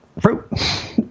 Fruit